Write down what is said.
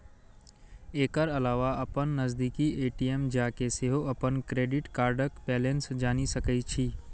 एकर अलावा अपन नजदीकी ए.टी.एम जाके सेहो अपन क्रेडिट कार्डक बैलेंस जानि सकै छी